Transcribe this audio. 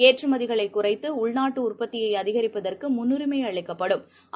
ஏற்றுமதிகளைக் குறைத்துஉள்நாட்டுஉற்பத்தியைஅதிகரிப்பதற்குமுன்னுரிமைஅளிக்கப்டும்